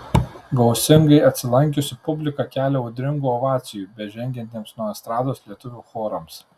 gausingai atsilankiusi publika kelia audringų ovacijų bežengiantiems nuo estrados lietuvių chorams